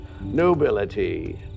nobility